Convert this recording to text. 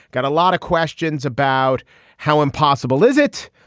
got a lot of questions about how impossible is it.